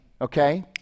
okay